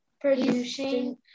Producing